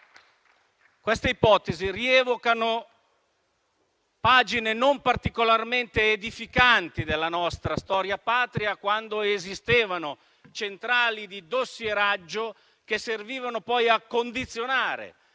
Queste ipotesi rievocano pagine non particolarmente edificanti della nostra storia Patria, quando esistevano centrali di dossieraggio che servivano poi a condizionare